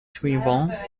suivante